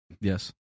Yes